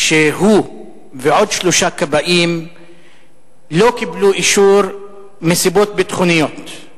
שהוא ועוד שלושה כבאים לא קיבלו אישור כניסה מסיבות ביטחוניות.